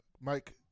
mike